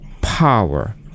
power